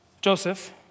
joseph